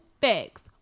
facts